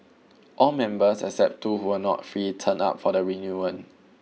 all members except two who were not free turned up for the reunion